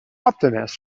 optimus